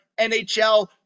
NHL